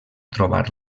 trobar